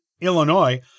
Illinois